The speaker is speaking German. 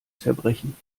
zerbrechen